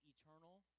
eternal